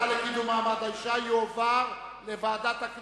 אני מבקשת להעביר לוועדה לקידום מעמד האשה.